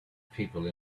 people